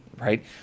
right